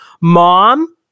mom